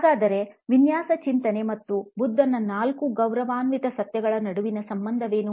ಹಾಗಾದರೆ ವಿನ್ಯಾಸ ಚಿಂತನೆ ಮತ್ತು ಬುದ್ಧನ ನಾಲ್ಕು ಗೌರವಾನ್ವಿತ ಸತ್ಯಗಳ ನಡುವಿನ ಸಂಬಂಧವೇನು